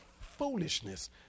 foolishness